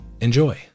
enjoy